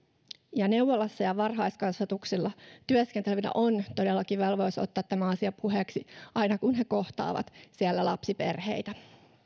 neuvolassa ja varhaiskasvatuksessa työskentelevillä on todellakin velvollisuus ottaa tämä asia puheeksi aina kun he kohtaavat siellä lapsiperheitä